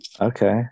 okay